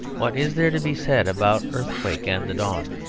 what is there to be said about earthquake and the dawn?